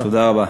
תודה רבה.